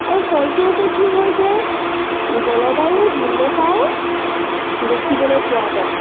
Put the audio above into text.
আৰু ফলস্বৰূপে কি হয় যে জলবায়ুৰ ভিন্নতাও দেখিবলৈ পোৱা যায়